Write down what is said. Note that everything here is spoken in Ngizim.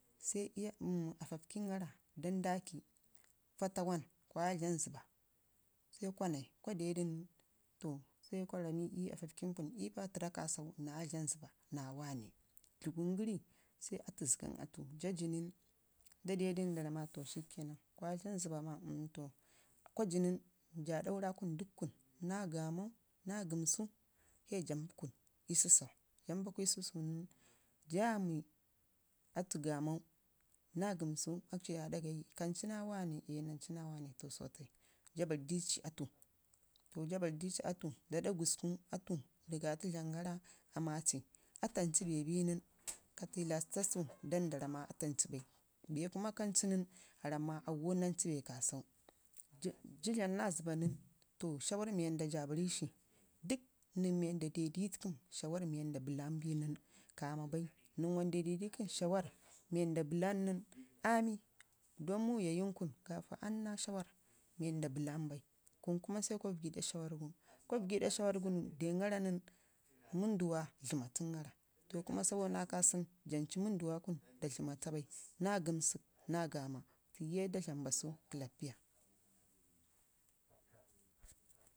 sai afafgəngara dan daki faatawan kwaya dlam zəbba sai kwa nai kora dedu nən sai kwa rammi ugage kan cynpaa tərra kasau naaya dlam zəbba naa wane dləgungəri sai atu zəgan atu jaa ji nən nda dedu nən da ramma to shikenan, kwa dlam zəbba ma um to kwa ji nən jaa ɗaura kun dək kun naa gaamau naa gəmsu sai jampu kun ii susau, jampa kun ii susaii nən jaami du gaamau naa gəmsu akshi aa ɗa sayi kancu naa wane, eh nancu naa wane to sotai jaa barrdici atu daɗa gurku atu riga tu dlaməngara aamaci atu ancu be bi nən to ka tilastatu dan da ramma atu ancu bai bee kuma kan cu nən ka ramma anwo nancu bee kasau jaa dlam naa zəbba nən to shawarr nui wanda jaa barrikshi dək nən wanda dedikəm shawarr mii wanda bəlan bi nən kama bai nən wanda mii de sikəm nei wanda bəlan nən aami don muyayin kun kaki anna shawarr mii wanda bəlan bai kan kuma sai kwa vəgə ii ɗa shawarrgu kwavəgə ɗa shawarrgun dengara nən munduala dləmaatəngara to kuma sabo naa kasunu jancu manduwa kun da dləmata bai naa gəmsək naa gaama jancu jan mbasu kəllappiya